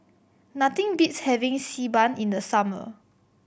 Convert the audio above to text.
nothing beats having Xi Ban in the summer